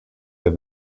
der